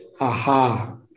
Aha